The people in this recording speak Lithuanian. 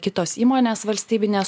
kitos įmonės valstybinės